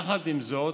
יחד עם זאת,